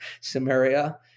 Samaria